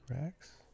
racks